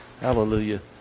Hallelujah